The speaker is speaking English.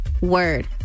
word